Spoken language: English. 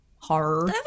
horror